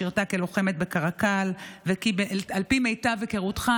שירתה כלוחמת בקרקל ושעל פי מיטב היכרותך,